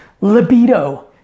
libido